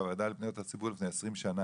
בוועדה לפניות הציבור כבר לפני 20 שנה.